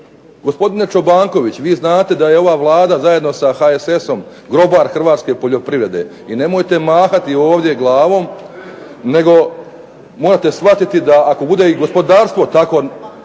Gospodine Čobankoviću vi znate da je ova Vlada zajedno sa HSS-om grobar Hrvatske poljoprivrede i nemojte mahati ovdje glavom nego morate shvatiti da ako bude i gospodarstvo tako